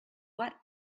what